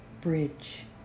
bridge